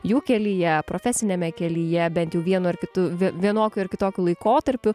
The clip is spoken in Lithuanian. jų kelyje profesiniame kelyje bent jau vienu ar kitu vi vienokiu ar kitokiu laikotarpiu